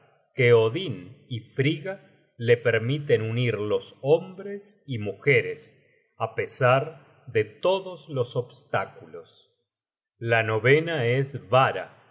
que odin y frigga la permiten unir los hombres y mujeres á pesar de todos los obstáculos la novena es vara